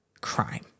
crime